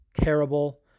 terrible